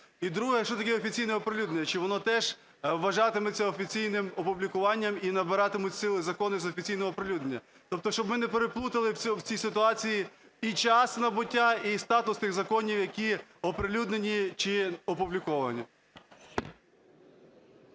І друге. Що таке "офіційне оприлюднення"? Що воно теж вважатиметься офіційним опублікуванням і набиратимуть сили закони з офіційного оприлюднення? Тобто щоб ми не переплутали в цій ситуації і час набуття статусних законів, які оприлюднені чи опубліковані.